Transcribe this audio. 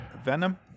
Venom